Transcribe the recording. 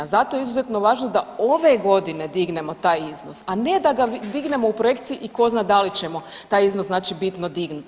Zato je izuzetno važno da ove godine dignemo taj iznos, a ne da ga dignemo u projekciji i ko zna da li ćemo taj iznos bitno dignuti.